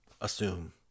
assume